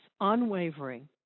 unwavering